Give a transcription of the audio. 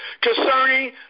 concerning